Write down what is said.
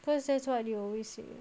because that's what you always say